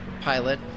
pilot